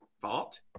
fault